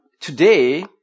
today